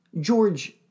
George